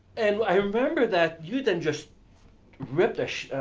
and i remember that you then just ripped a sh,